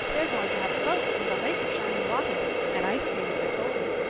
they're going to have boats on the lake of shining waters and ice cream, as i told you.